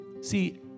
See